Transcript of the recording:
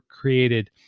created